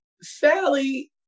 sally